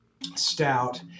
Stout